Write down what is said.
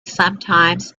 sometimes